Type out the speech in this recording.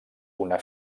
una